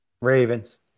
Ravens